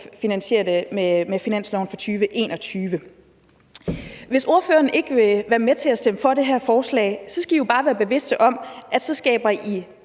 finansiere det med finansloven for 2021. Hvis ordføreren ikke vil være med til at stemme for det her forslag, skal I jo bare være bevidste om, at I så skaber